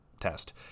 test